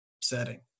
setting